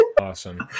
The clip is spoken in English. Awesome